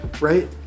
Right